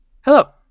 Hello